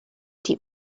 die